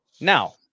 Now